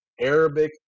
Arabic